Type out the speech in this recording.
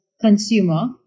consumer